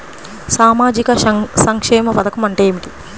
సామాజిక సంక్షేమ పథకం అంటే ఏమిటి?